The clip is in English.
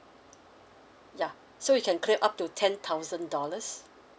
ya so you can claim up to ten thousand dollars